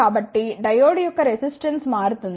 కాబట్టి డయోడ్ యొక్క రెసిస్టెన్స్ మారుతుంది